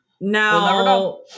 Now